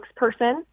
spokesperson